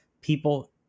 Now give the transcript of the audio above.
people